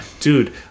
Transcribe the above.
dude